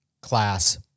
class